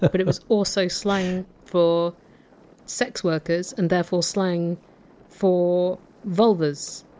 but but it was also slang for sex workers, and therefore slang for vulvas.